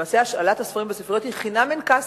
למעשה, השאלת הספרים בספריות היא חינם אין כסף,